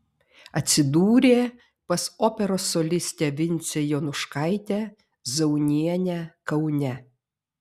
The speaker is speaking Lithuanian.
atsidūrė pas operos solistę vincę jonuškaitę zaunienę kaune